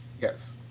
Yes